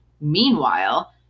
meanwhile